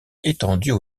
étendues